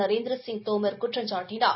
நரேந்திர சிங் தோமர் குற்றம்சாட்டினார்